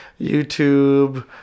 YouTube